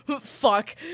Fuck